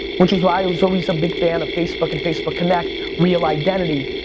which is why i was always a big fan of facebook and facebook connect, real identity.